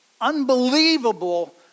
unbelievable